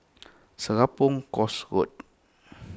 Serapong Course Road